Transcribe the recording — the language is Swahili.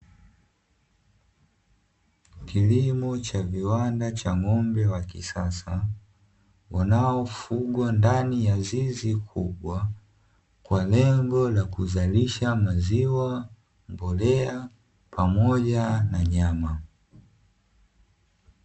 Kilimo cha viwanda cha ng'ombe wa kisasa wanaofugwa ndani ya zizi kubwa, kwa lengo la kuzalisha maziwa, mbolea pamoja na nyama.